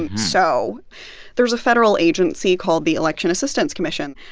and so there's a federal agency called the election assistance commission,